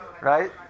Right